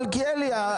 מלכיאלי,